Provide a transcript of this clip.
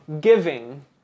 giving